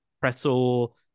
pretzel